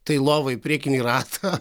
tai lovai priekinį ratą